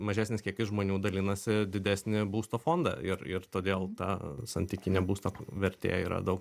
mažesnis kiekis žmonių dalinasi didesnį būsto fondą ir ir todėl ta santykinė būsto vertė yra daug